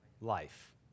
life